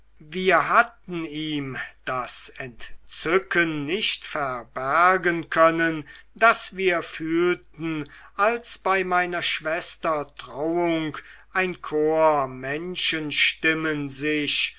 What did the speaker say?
wir hatten ihm das entzücken nicht verbergen können das wir fühlten als bei meiner schwester trauung ein chor menschenstimmen sich